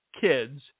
kids